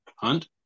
hunt